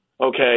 okay